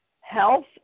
health